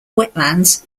wetlands